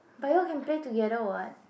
but you can play together [what]